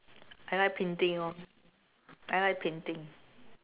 I like painting lor I like painting